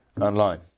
online